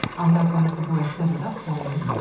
i'll have one of the boys set it up for you.